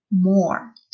more